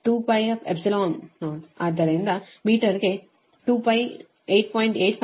ಆದ್ದರಿಂದ ಮೀಟರ್ಗೆ 2 8